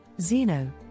Zeno